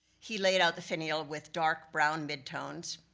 he laid out the finial with dark brown mid-tones,